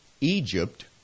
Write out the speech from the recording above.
Egypt